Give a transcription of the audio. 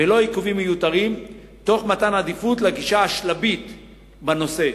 בלא עיכובים מיותרים תוך מתן עדיפות לגישה השלבית בנושא.